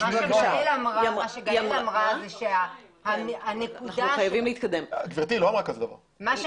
גברתי, היא לא אמרה דבר כזה.